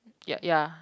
ya ya